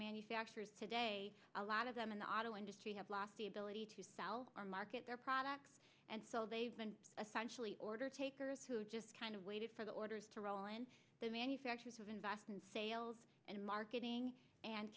manufacturers today a lot of them in the auto industry have lost the ability to sell or market their products and so they've been essential in order takers to just kind of waited for the orders to roll in the manufacturers of invest in sales and marketing and